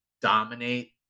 dominate